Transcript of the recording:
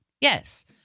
yes